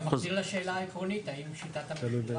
אני מחזיר לשאלה העקרונית, האם שיטת המכירה,